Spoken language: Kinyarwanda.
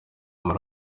muri